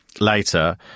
later